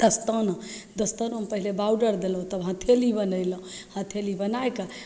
दस्ताना दस्ताना पहिले बॉडर देलहुँ तब हथेली बनेलहुँ हथेली बनैके